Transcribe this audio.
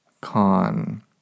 Con